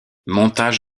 montage